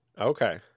okay